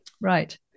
Right